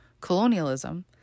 colonialism